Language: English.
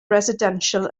residential